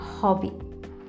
hobby